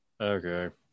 Okay